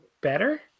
better